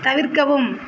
தவிர்க்கவும்